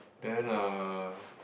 then uh